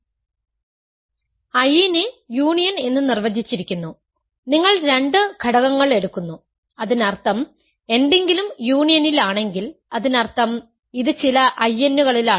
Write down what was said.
I ന്നെ union എന്ന് നിർവചിച്ചിരിക്കുന്നു നിങ്ങൾ രണ്ട് ഘടകങ്ങൾ എടുക്കുന്നു അതിനർത്ഥം എന്തെങ്കിലും യൂണിയനിലാണെങ്കിൽ അതിനർത്ഥം ഇത് ചില In കളിലാണ്